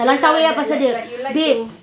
iya lah like like like you like to